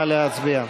נא להצביע.